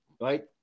right